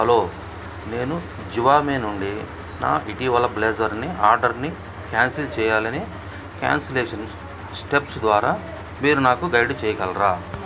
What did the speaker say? hello నేను జివామే నుండి నా ఇటీవల బ్లేజర్ని ఆర్డర్ని క్యాన్సల్ చేయాలని క్యాన్సల్ల్యేషన్ స్టెప్స్ ద్వారా మీరు నాకు గైడ్ చేయగలరా